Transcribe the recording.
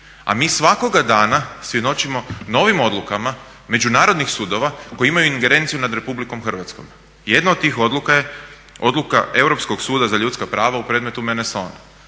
a mi svakoga dana svjedočimo novim odlukama međunarodnih sudova koji imaju ingerenciju nad Republikom Hrvatskom. Jedna od tih odluka je odluka Europskog suda za ljudska prava u predmetu Meneson,